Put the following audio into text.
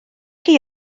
chi